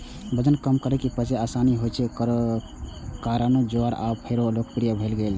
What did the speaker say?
वजन कम करै, पचय मे आसान होइ के कारणें ज्वार आब फेरो लोकप्रिय भए गेल छै